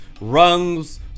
rungs